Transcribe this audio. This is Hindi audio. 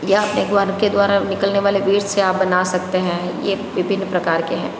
यह एक बार के द्वारा निकलने वाले वेस्ट से आप बना सकते हैं ये विभिन्न प्रकार के हैं